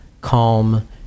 calm